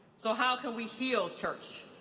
so how can we heal, church?